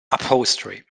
upholstery